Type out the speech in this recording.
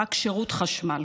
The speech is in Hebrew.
ספק שירות חשמל.